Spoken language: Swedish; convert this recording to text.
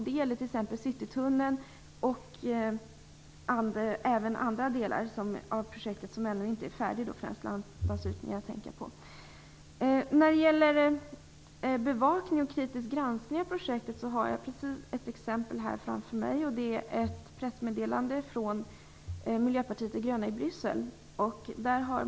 Det gäller t.ex. citytunneln och även andra delar av projektet som ännu inte är färdigt, främst landanslutningarna tänker jag på. När det gäller bevakning och kritisk granskning av projektet har jag ett exempel framför mig. Det är ett pressmeddelande från Miljöpartiet de gröna i Bryssel.